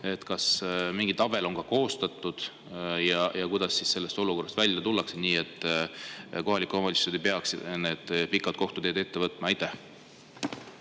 Kas mingi tabel on ka koostatud ja kuidas sellest olukorrast välja tullakse, nii et kohalikud omavalitsused ei peaks pikki kohtuteid ette võtma? Aitäh!